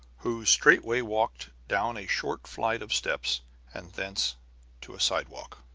who straightway walked down a short flight of steps and thence to a sidewalk.